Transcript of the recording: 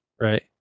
right